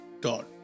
dot